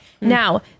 Now